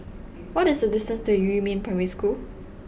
what is the distance to Yumin Primary School